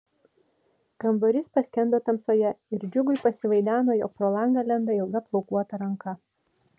kambarys paskendo tamsoje ir džiugui pasivaideno jog pro langą lenda ilga plaukuota ranka